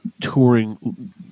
touring